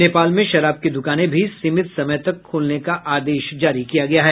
नेपाल में शराब की दुकानें भी सीमित समय तक खोलने का आदेश जारी किया गया है